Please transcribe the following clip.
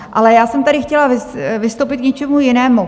Ale já jsem tady chtěla vystoupit k něčemu jinému.